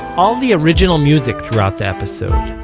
all the original music throughout the episode,